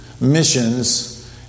missions